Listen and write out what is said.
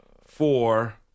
four